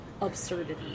absurdity